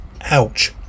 ouch